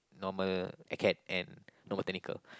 Normal Acad and Normal Technical